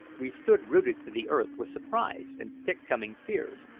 we stood rooted to the earth with surprise and thick-coming fears.